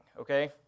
okay